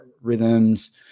rhythms